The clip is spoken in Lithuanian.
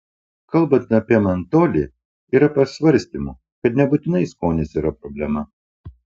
kalbant apie mentolį yra pasvarstymų kad nebūtinai skonis yra problema